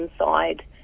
inside